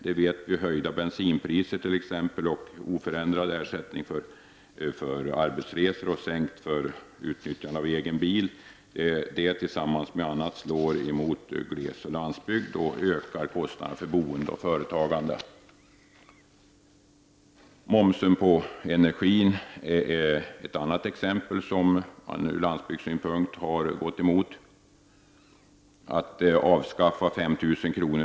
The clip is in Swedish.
Det gäller exempelvis det höjda bensinpriset, oförändrad ersättning för arbetsresor och sänkt ersättning för utnyttjande av egen bil. Dessa åtgärder tillsammans med andra slår emot glesbygd och landsbygd och ökar kostnaderna för boende och företagande. Moms på energi är ett annat exempel som man ur landsbygdssynpunkt har gått emot. Att avskaffa rätten till 5 000 kr.